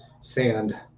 Sand